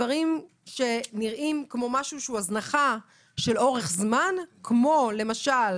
דברים שנראים כמו הזנחה לאורך זמן למשל